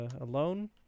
alone